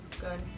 Good